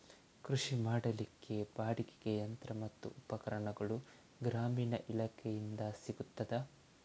ಕೃಷಿ ಮಾಡಲಿಕ್ಕೆ ಬಾಡಿಗೆಗೆ ಯಂತ್ರ ಮತ್ತು ಉಪಕರಣಗಳು ಗ್ರಾಮೀಣ ಇಲಾಖೆಯಿಂದ ಸಿಗುತ್ತದಾ?